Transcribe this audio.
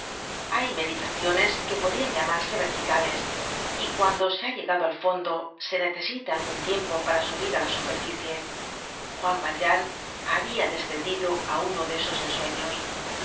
hay meditaciones que podrian llamarse verticales y cuando se ha llegado al fondo se necesita algun tiempo para subir á la superficie juan valjean habia descendido á uno de esos ensueños